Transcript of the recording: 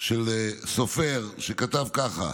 של סופר שכתב ככה: